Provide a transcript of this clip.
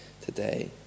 today